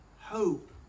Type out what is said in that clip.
hope